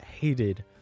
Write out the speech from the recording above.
hated